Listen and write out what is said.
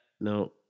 no